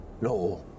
No